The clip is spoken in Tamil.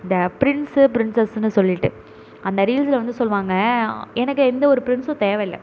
அந்த பிரின்ஸு பிரின்சஸ்ஸுனு சொல்லிவிட்டு அந்த ரீல்ஸில் வந்து சொல்வாங்க எனக்கு எந்த ஒரு பிரின்ஸும் தேவையில்லை